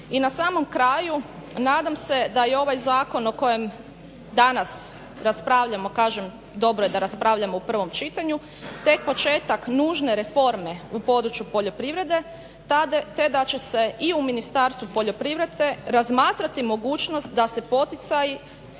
I na samom kraju nadam se da je ovaj zakon o kojem danas raspravljamo, kažem dobro je da raspravljamo u prvom čitanju, tek početak nužne reforme u području poljoprivrede, te da će se i u Ministarstvu poljoprivrede razmatrati mogućnost da se poticaji